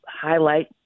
highlight